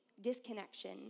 disconnection